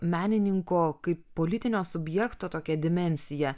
menininko kaip politinio subjekto tokią dimensiją